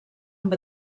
amb